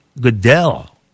Goodell